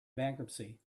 bankruptcy